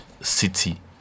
city